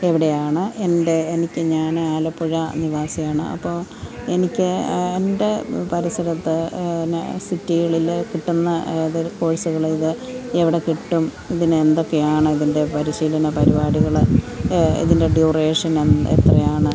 എവിടെയാണ് എൻ്റെ എനിക്ക് ഞാൻ ആലപ്പുഴ നിവാസിയാണ് അപ്പോൾ എനിക്ക് എൻ്റെ പരിസരത്ത് പിന്നെ സിറ്റികളിൽ കിട്ടുന്ന ഏതൊരു കോഴ്സുകളേതാണ് എവിടെ കിട്ടും ഇതിന് എന്തൊക്കെയാണ് ഇതിൻ്റെ പരിശീലന പരിപാടികൾ ഇതിൻ്റെ ഡ്യൂറേഷൻ എന്ത് എത്രയാണ്